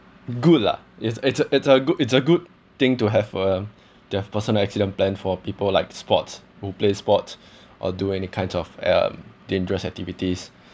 good lah it's a it's a it's a good it's a good thing to have a deaf personal accident plan for people like sports who play sports or do any kind of um dangerous activities